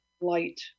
light